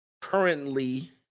currently